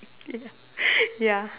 ya ya